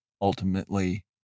ultimately